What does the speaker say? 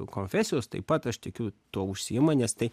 konfesijos taip pat aš tikiu tuo užsiima nes tai